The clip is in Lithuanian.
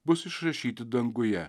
bus išrašyti danguje